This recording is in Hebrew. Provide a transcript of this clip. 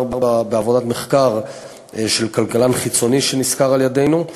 בעבודת מחקר של כלכלן חיצוני שנשכר על-ידינו,